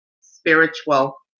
spiritual